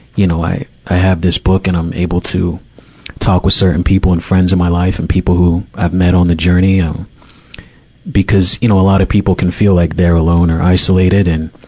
you know, i, i have this book and i'm able to talk with certain people and friends in my life and people who i've met on the journey. um because, you know, a lot of people can feel like they're alone or isolated. and,